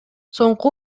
соңку